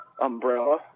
umbrella